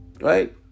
right